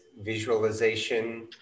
visualization